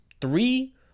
three